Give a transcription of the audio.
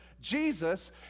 Jesus